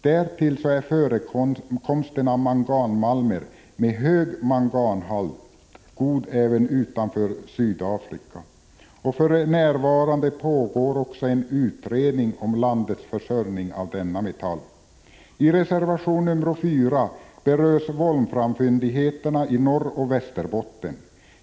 Därtill är förekomsten av manganmalm, med hög manganhalt, god även utanför Sydafrika. För närvarande pågår också en utredning om landets försörjning av denna metall. I reservation nr 4 berörs volframfyndigheterna i Norroch Västerbotten.